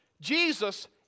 Jesus